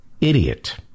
idiot